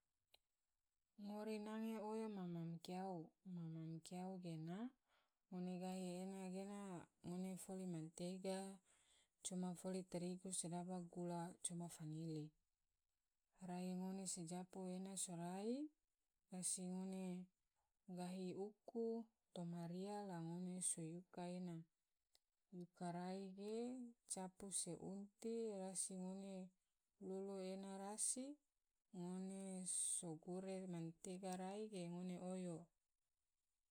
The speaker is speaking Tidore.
Ngori nange oyo mam-mam kiyau, mam-mam kiyau gena ngone gahi ene gena ngone foli mentega coma foli tarigu sedaba gula coma fanili, rai ngone sojapu ena sorai rasi ngone gahi uku toma ria la ngone so yuka ena, ena yuka rai gena ngona capu se unti rasi ngone lulu ena rasi ngone so gure mentega rai ge ngone oyo.